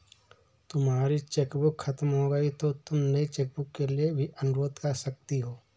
तुम्हारी चेकबुक खत्म हो गई तो तुम नई चेकबुक के लिए भी अनुरोध कर सकती हो